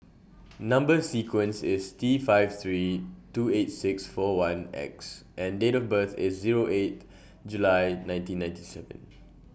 Number sequence IS T five three two eight six four one X and Date of birth IS Zero eight July nineteen ninety seven